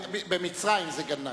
במצרים זה גנאים.